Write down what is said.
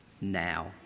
Now